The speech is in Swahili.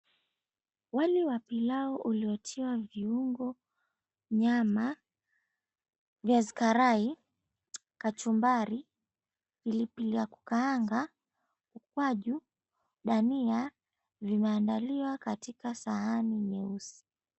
Wali wa pilau uliotiwa viungo, nyama, viazi karai, kachumbari, pilipili ya kukaanga, ukwaju, dania, vimeandaliwa katika sahani nyeusi.